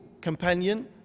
companion